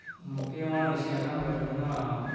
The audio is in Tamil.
முக்கியமான விஷயோம்னா பார்த்திங்கன்னா